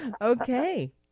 Okay